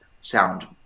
sound